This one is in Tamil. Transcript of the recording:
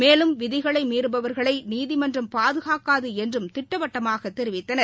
மேலும் விதிகளை மீறுபவர்களை நீதிமன்றம் பாதுகாக்காது என்றும் திட்டவட்டமாகத் தெரிவித்தனர்